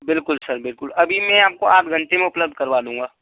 बिलकुल सर बिलकुल अभी मैं आपको आधे घंटे में उपलब्ध करा दूँगा